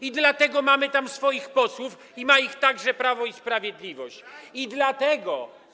I dlatego mamy tam swoich posłów, ma ich także Prawo i Sprawiedliwość, i dlatego.